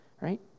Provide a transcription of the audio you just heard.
right